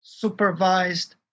supervised